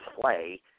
play